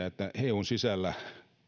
että eun sisällä